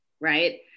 right